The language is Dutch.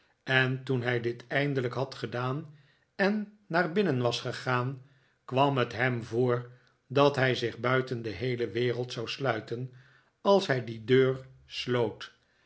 en toen hij dit eindelijk had gedaan en naar binnen was gegaan kwam het hem voor dat hij zich buiten de heele wereld zou sluiten als hij die deur sloot